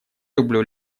люблю